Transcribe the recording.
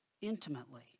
intimately